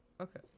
Okay